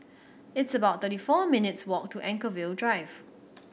it's about thirty four minutes' walk to Anchorvale Drive